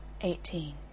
eighteen